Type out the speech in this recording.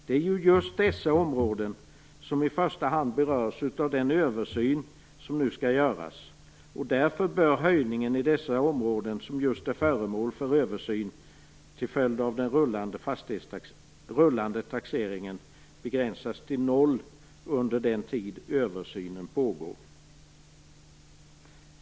Det är ju just dessa områden som i första hand berörs av den översyn som nu skall göras. Därför bör höjningen i dessa områden till följd av den rullande taxeringen begränsas till noll under den tid som översynen pågår.